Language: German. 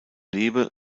lebe